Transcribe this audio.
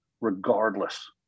regardless